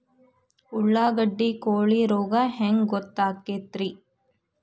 ಉಳ್ಳಾಗಡ್ಡಿ ಕೋಳಿ ರೋಗ ಹ್ಯಾಂಗ್ ಗೊತ್ತಕ್ಕೆತ್ರೇ?